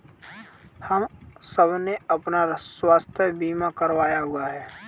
हम सबने अपना स्वास्थ्य बीमा करवाया हुआ है